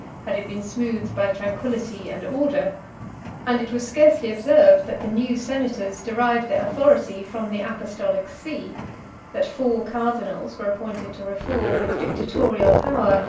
had it been smoothed by tranquillity and order and it was scarcely observed, that the new senators derived their authority from the apostolic see that four cardinals were appointed to reform, with dictatorial power,